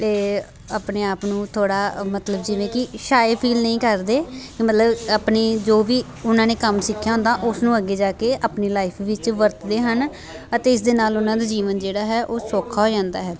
ਅਤੇ ਆਪਣੇ ਆਪ ਨੂੰ ਥੋੜ੍ਹਾ ਮਤਲਬ ਜਿਵੇਂ ਕਿ ਸ਼ਾਏ ਫੀਲ ਨਹੀਂ ਕਰਦੇ ਮਤਲਬ ਆਪਣੀ ਜੋ ਵੀ ਉਹਨਾਂ ਨੇ ਕੰਮ ਸਿੱਖਿਆ ਹੁੰਦਾ ਉਸਨੂੰ ਅੱਗੇ ਜਾ ਕੇ ਆਪਣੀ ਲਾਈਫ ਵਿੱਚ ਵਰਤਦੇ ਹਨ ਅਤੇ ਇਸ ਦੇ ਨਾਲ ਉਹਨਾਂ ਦਾ ਜੀਵਨ ਜਿਹੜਾ ਹੈ ਉਹ ਸੌਖਾ ਹੋ ਜਾਂਦਾ ਹੈ